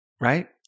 right